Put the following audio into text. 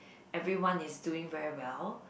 everyone is doing very well